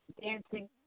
dancing